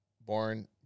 born